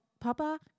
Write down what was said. Papa